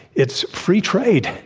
it's free trade.